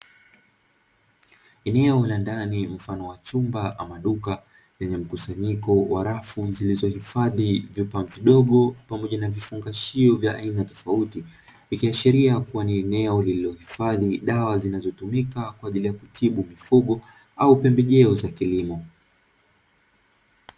Eneo la ndani mfano wa chumba ama duka lenye mkusanyiko wa rafu zilizohifadhi vifaa vidogo pamoja na vifungashio vya aina tofauti, ikiashiria kuwa ni eneo lililohifadhi dawa zinazotumika kwa ajili ya kutibu mifugo au pembejeo za kilimo.